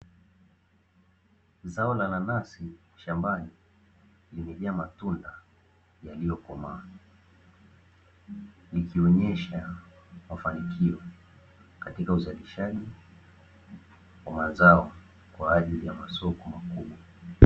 Zao la nanasi shambani limejaa matunda yaliyokomaa, likionyesha mafanikio katika uzalishaji wa mazao kwaajili ya masoko makubwa.